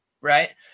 right